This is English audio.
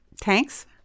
Tanks